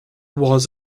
was